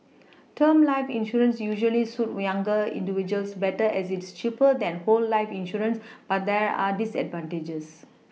term life insurance usually suit younger individuals better as it is cheaper than whole life insurance but there are disadvantages